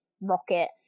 rocket